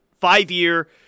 Five-year